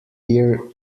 ear